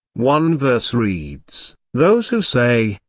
one verse reads those who say,